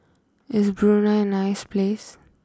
is Brunei a nice place